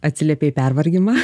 atsiliepia į pervargimą